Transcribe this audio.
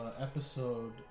episode